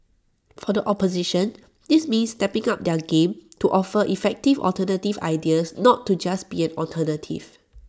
for the opposition this means stepping up their game to offer effective alternative ideas not to just be an alternative